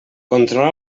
controla